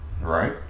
Right